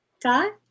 dot